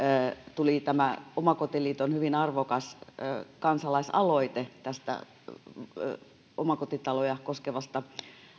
tuli omakotiliiton hyvin arvokas kansalaisaloite omakotitaloja koskevasta